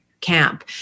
camp